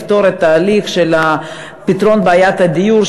לפתור את בעיית הדיור,